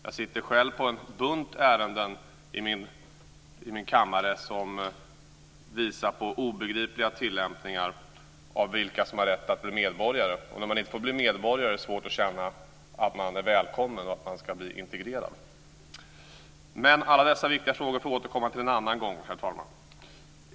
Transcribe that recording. Jag sitter själv på en bunt ärenden i min kammare som visar på obegripliga tillämpningar av reglerna för vilka som har rätt att bli medborgare. När man inte får bli medborgare är det svårt att känna att man är välkommen och att man ska bli integrerad. Alla dessa viktiga frågor får vi återkomma till en annan gång.